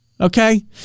okay